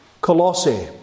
Colossae